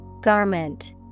Garment